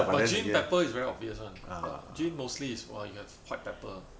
but gin pepper is very obvious [one] gin mostly is !wah! you have white pepper